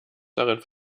darin